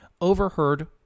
overheard